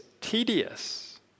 tedious